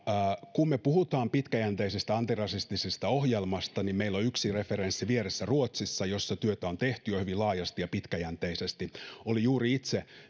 kun me puhumme pitkäjänteisestä antirasistisesta ohjelmasta niin meillä on yksi referenssi vieressä ruotsissa jossa työtä on tehty jo hyvin laajasti ja pitkäjänteisesti olin juuri itse